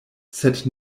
sed